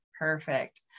perfect